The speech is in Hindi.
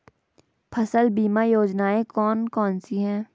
फसल बीमा योजनाएँ कौन कौनसी हैं?